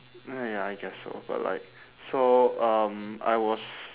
uh ya I guess so but like so um I was